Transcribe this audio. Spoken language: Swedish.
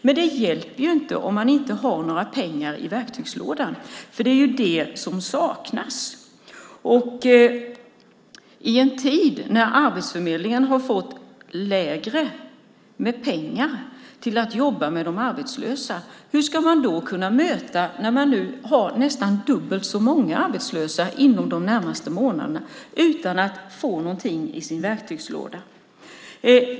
Men det hjälper inte om man inte har några pengar i verktygslådan. Det är det som saknas. Arbetsförmedlingen har fått mindre pengar till att jobba med de arbetslösa. Hur ska man då kunna möta dem, när man har nästan dubbelt så många arbetslösa inom de närmaste månaderna, utan att få något i sin verktygslåda?